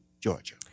Georgia